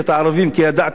כי ידעתי מראש